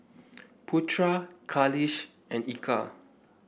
Putra Khalish and Eka